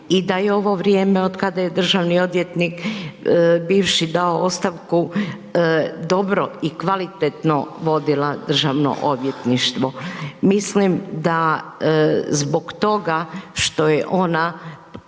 i da je ovo vrijeme od kada je državni odvjetnik bivši dao ostavku dobro i kvalitetno vodila Državno odvjetništvo. Mislim zbog toga što je ona